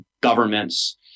governments